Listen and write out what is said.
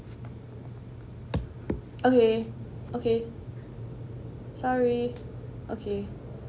okay okay sorry okay